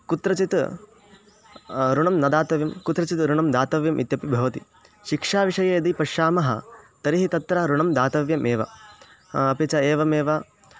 कुत्रचित् ऋणं न दातव्यं कुत्रचित् ऋणं दातव्यम् इत्यपि भवति शिक्षा विषये यदि पश्यामः तर्हि तत्र ऋणं दातव्यमेव अपि च एवमेव